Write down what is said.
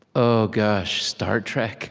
oh, gosh star trek